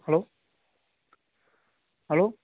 hello hello